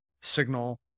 signal